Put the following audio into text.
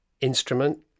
instrument